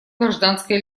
гражданское